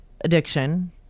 addiction